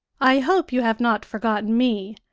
i hope you have not forgotten me,